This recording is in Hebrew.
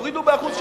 תורידו ב-1% שלם.